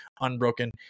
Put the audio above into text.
unbroken